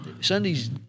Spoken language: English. Sundays